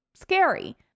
scary